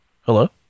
Hello